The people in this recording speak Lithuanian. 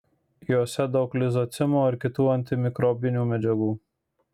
jose daug lizocimo ir kitų antimikrobinių medžiagų